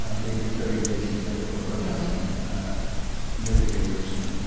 ah they did thirty days together for protesting nuclearism,